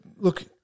look